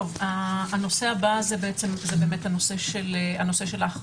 הנושא הבא הוא באמת הנושא של החרגות.